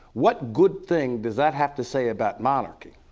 what good thing does that have to say about monarchy?